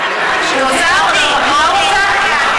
רוצה או לא רוצה?